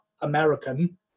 American